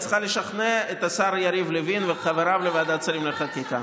את צריכה לשכנע את השר יריב לוין וחבריו לוועדת שרים לחקיקה.